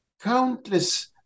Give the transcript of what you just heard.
countless